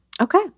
Okay